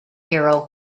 hero